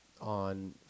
on